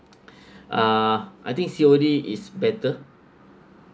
uh I think C_O_D is better